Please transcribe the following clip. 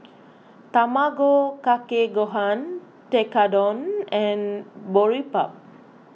Tamago Kake Gohan Tekkadon and Boribap